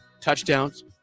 touchdowns